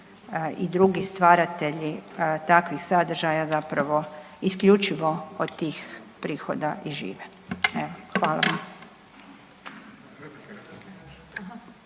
i drugi stvaratelji takvih sadržaja zapravo isključivo od tih prihoda žive. Evo, hvala vam.